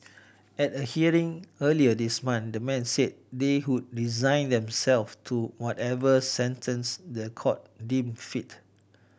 at a hearing earlier this month the men said they would resign themselves to whatever sentence the court deem fit